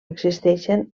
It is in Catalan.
existeixen